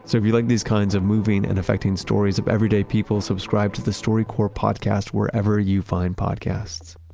so if you like these kinds of moving and effecting stories of everyday people, subscribe to the storycorps podcast wherever you find podcasts.